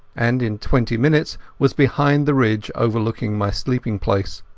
and in twenty minutes was behind the ridge overlooking my sleeping place.